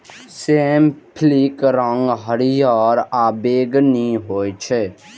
सेम फलीक रंग हरियर आ बैंगनी होइ छै